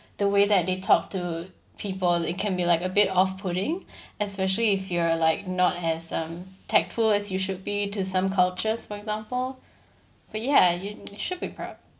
the way that they talk to people it can be like a bit off putting especially if you are like not as um tactful as you should be to some cultures for example but ya you you should be proud